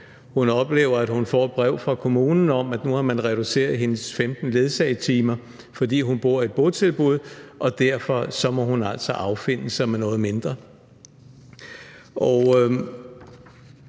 42 borgere. Hun får et brev fra kommunen om, at nu har man reduceret hendes 15 ledsagetimer, fordi hun bor i et botilbud; derfor må hun altså affinde sig med en